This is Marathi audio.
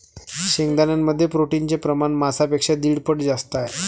शेंगदाण्यांमध्ये प्रोटीनचे प्रमाण मांसापेक्षा दीड पट जास्त आहे